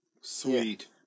Sweet